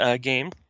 game